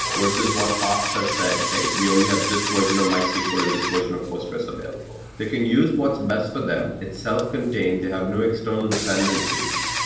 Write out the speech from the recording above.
versus what ops has said, hey, we only have this version of mysql and this version of postgres available. they can use what's best for them. it's self-contained. they have no external dependencies,